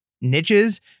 niches